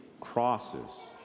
crosses